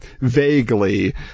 vaguely